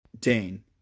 Dane